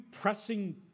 pressing